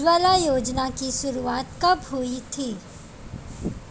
उज्ज्वला योजना की शुरुआत कब हुई थी?